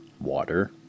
water